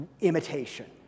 imitation